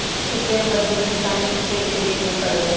खेतिहर मजदूर किसान के खेत के देखरेख करेला